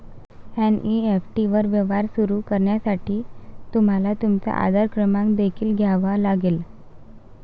NEFT वर व्यवहार सुरू करण्यासाठी तुम्हाला तुमचा आधार क्रमांक देखील द्यावा लागेल